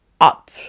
up